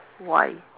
why